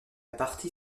partie